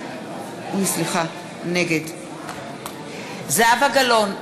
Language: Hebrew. נגד זהבה גלאון,